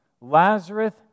Lazarus